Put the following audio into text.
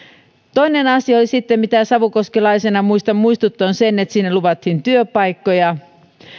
toinen asia sitten mistä savukoskelaisena muistan muistuttaa on se että sinne luvattiin työpaikkoja